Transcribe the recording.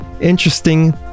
interesting